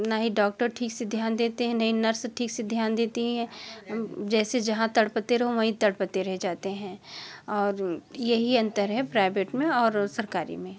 ना ही डॉक्टर ठीक से ध्यान देते हैं नहीं नर्स ठीक से ध्यान देती हैं जैसे जहाँ तड़पते रहो वहीं तड़पते रह जाते हैं और यही अंतर है प्राइवेट में और सरकारी में